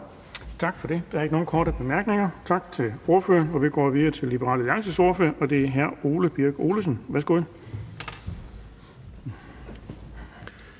Tak for det. Der er ikke nogen korte bemærkninger. Tak til ordføreren. Vi går videre til Liberal Alliances ordfører, og det er hr. Ole Birk Olesen. Værsgo.